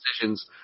decisions